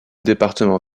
département